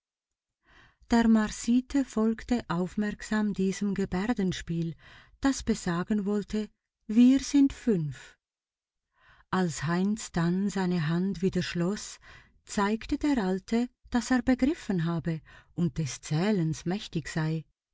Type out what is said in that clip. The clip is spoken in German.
der marsite folgte aufmerksam diesem gebärdenspiel das besagen wollte wir sind fünf als heinz dann seine hand wieder schloß zeigte der alte daß er begriffen habe und des zählens mächtig sei